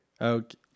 Okay